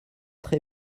très